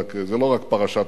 זה לא רק "פרשת השבוע".